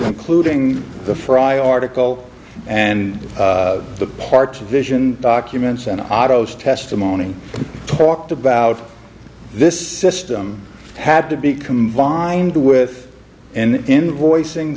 including the frye article and the parts of vision documents and autos testimony talked about this system had to be combined with and invoic